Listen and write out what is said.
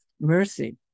mercy